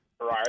Right